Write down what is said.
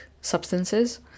substances